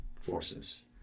forces